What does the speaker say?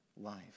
life